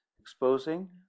exposing